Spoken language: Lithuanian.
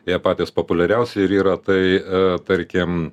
jie patys populiariausi ir yra tai tarkim